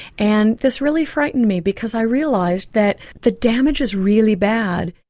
and this really frightened me because i realised that the damage is really bad.